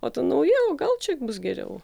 o ta nauja o gal čia bus geriau